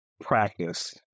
practice